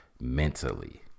Mentally